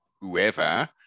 whoever